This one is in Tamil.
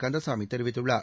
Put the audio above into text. கந்தசாமி தெரிவித்துள்ளார்